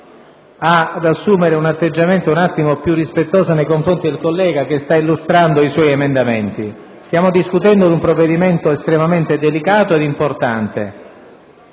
ad assumere un atteggiamento più rispettoso nei confronti del collega che sta illustrando i suoi emendamenti. Stiamo discutendo di un provvedimento estremamente delicato ed importante.